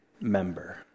member